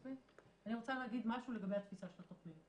אני רוצה להגיד משהו לגבי התפיסה של התכנית.